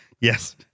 Yes